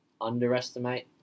underestimate